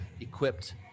equipped